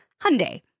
Hyundai